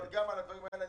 אבל גם על הדברים האלה,